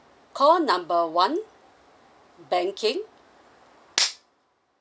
call number one banking